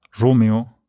Romeo